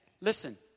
Listen